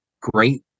great